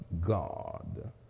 God